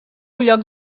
lloc